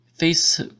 face